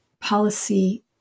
policy